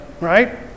right